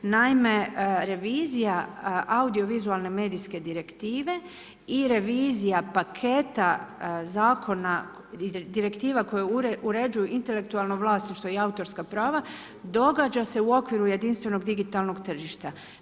Naime, revizija audiovizualne medijske direktive i revizija paketa zakona, direktiva koje uređuju intelektualno vlasništvo i autorska prava događa se u okviru jedinstvenog digitalnog tržišta.